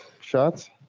shots